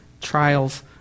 trials